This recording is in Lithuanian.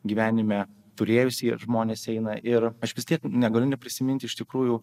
gyvenime turėjusieji žmonės eina ir aš vis tiek negaliu neprisiminti iš tikrųjų